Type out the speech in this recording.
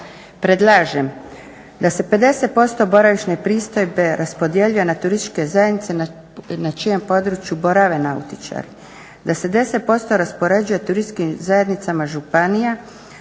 Predlažem da se 50% boravišne pristojbe raspodjeljuje na turističke zajednice na čijem području borave nautičari, da se 10% raspoređuje turističkim zajednicama županija